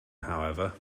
however